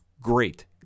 Great